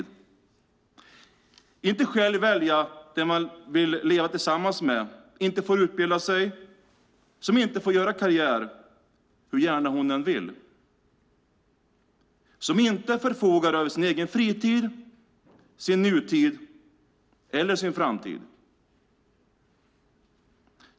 De får inte själva välja den de vill leva tillsammans med, inte utbilda sig, inte göra karriär hur gärna de än vill. De förfogar inte över sin egen fritid, sin nutid eller sin framtid.